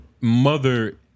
mother